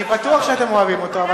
אני בטוח שאתם אוהבים אותו,